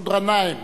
מסעוד גנאים,